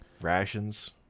rations